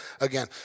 again